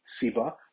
SIBA